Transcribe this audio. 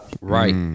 right